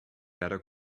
better